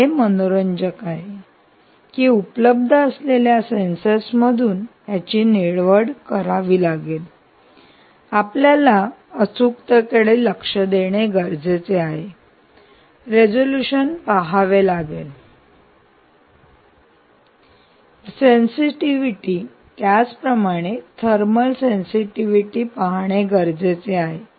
तर हे मनोरंजक आहे की उपलब्ध असलेल्या सेन्सर्समधून याची निवड करावी लागेल आणि महत्वाचे म्हणजे आपण डेटा शीट अत्यंत काळजीपूर्वक बघणे आवश्यक आहे आपल्याला अचूकतेकडे लक्ष देणे गरजेचे आहे रेझोल्यूशन पहावे लागेल सेन्सिटिव्हिटी त्याचप्रमाणे थर्मल सेन्सिटिव्हिटी पाहणे गरजेचे आहे